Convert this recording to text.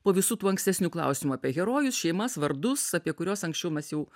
po visų tų ankstesnių klausimų apie herojus šeimas vardus apie kuriuos anksčiau mes jau